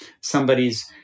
somebody's